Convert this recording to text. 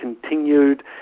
continued